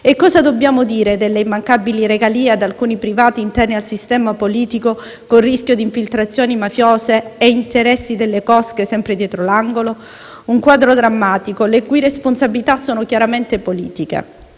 E cosa dobbiamo dire delle immancabili regalie ad alcuni privati interni al sistema politico, con rischio di infiltrazioni mafiose e interessi delle cosche sempre dietro l'angolo? Un quadro drammatico, le cui responsabilità sono, chiaramente, politiche.